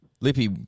Lippy